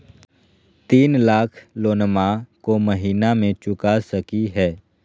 तीन लाख लोनमा को महीना मे चुका सकी हय?